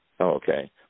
Okay